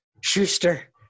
Schuster